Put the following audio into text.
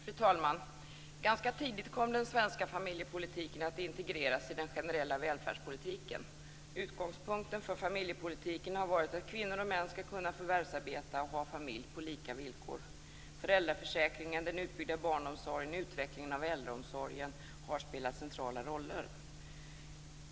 Fru talman! Ganska tidigt kom den svenska familjepolitiken att integreras i den generella välfärdspolitiken. Utgångspunkten för familjepolitiken har varit att kvinnor och män skall kunna förvärvsarbeta och ha familj på lika villkor. Föräldraförsäkringen, den utbyggda barnomsorgen och utvecklingen av äldreomsorgen har spelat centrala roller.